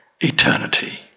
eternity